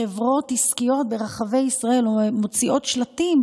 חברות עסקיות ברחבי ישראל מוציאות שלטים,